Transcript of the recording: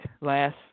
Last